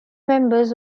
members